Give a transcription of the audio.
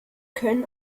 können